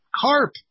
Carp